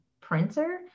printer